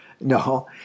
No